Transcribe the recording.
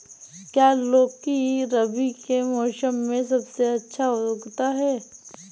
क्या लौकी रबी के मौसम में सबसे अच्छा उगता है?